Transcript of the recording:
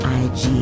ig